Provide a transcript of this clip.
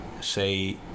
say